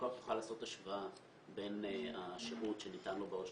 הלקוח יוכל לעשות השוואה בין השירות שניתן לו בעו"ש